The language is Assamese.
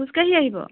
খোজকাঢ়ি আহিব